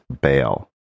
bail